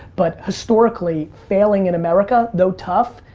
but historically, failing in america, though tough,